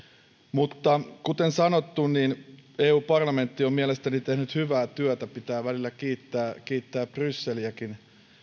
mutta kuten sanottu eu parlamentti on mielestäni tehnyt hyvää työtä pitää välillä kiittää kiittää brysseliäkin jos